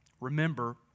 remember